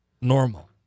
normal